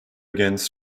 against